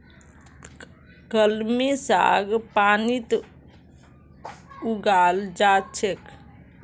कलमी साग पानीत उगाल जा छेक